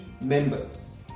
members